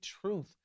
truth